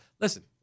listen